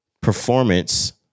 performance